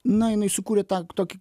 na jinai sukūrė tą tokį